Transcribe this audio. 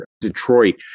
Detroit